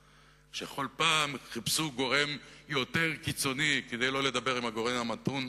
בכל פעם הם חיפשו גורם יותר קיצוני כדי שלא לדבר עם הגורם המתון,